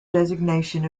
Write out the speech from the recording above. designation